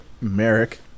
Merrick